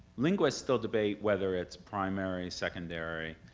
linguists still debate whether it's primary, secondary.